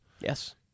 Yes